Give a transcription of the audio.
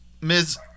Ms